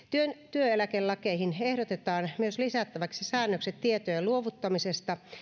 työeläkelakeihin ehdotetaan myös lisättäväksi säännökset tietojen luovuttamisesta